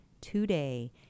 today